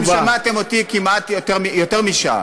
חברים, אתם שמעתם אותי יותר משעה.